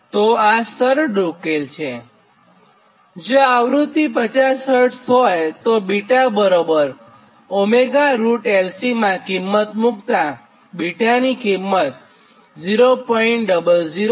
તો આ સરળ ઉકેલ છે જો આવ્રૃત્તિ 50Hz હોયતો βωLC માં કિંમત મુક્તાં β બરાબર 0